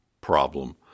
problem